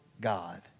God